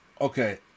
Okay